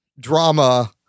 drama